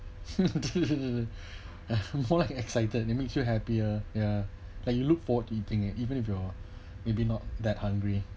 more excited and it makes you happier ya like you look for eating even if you are maybe not that hungry